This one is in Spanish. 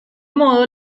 modo